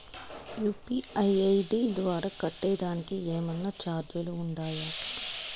UPI ID ద్వారా కట్టేదానికి ఏమన్నా చార్జీలు ఉండాయా?